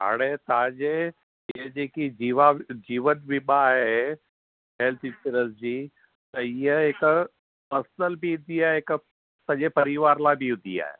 हाणे तव्हांजे ये जेकी जीवा जीवन बीमा आहे हैल्थ इंशॉरेंस जी त इहा हिकु पर्सनल थींदी आहे हिकु सॼे परिवार लाइ बि हूंदी आहे